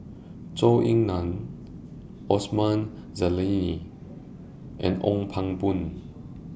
Zhou Ying NAN Osman Zailani and Ong Pang Boon